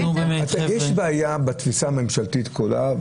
יש בעיה בתפיסה הממשלתית כולה,